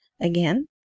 again